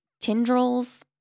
tendrils